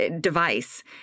device